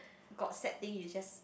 got sad thing you just